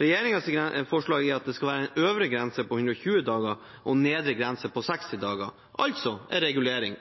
Regjeringens forslag er at det skal være en øvre grense på 120 dager og en nedre grense på 60 dager, altså en regulering